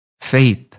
faith